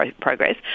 progress